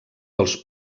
dels